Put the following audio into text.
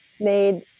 made